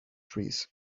trees